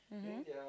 mmhmm